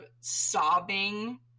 sobbing